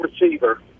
receiver